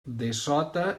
dessota